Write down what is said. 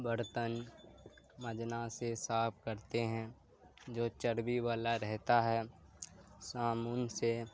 برتن منجنا سے صاف کرتے ہیں جو چربی والا رہتا ہے صابن سے